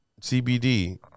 CBD